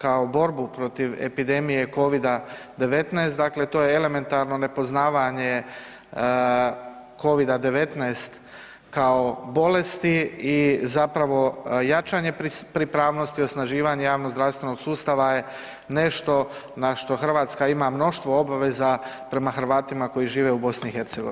kao borbu protiv epidemije Covid-19, dakle to je elementarno nepoznavanje Covid-19 kao bolesti i zapravo jačanje pripravnosti i osnaživanje javno zdravstvenog sustava je nešto na što Hrvatska ima mnoštvo obaveza prema Hrvatima koji žive u BiH.